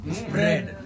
spread